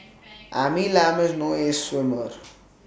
Amy Lam is no ace swimmer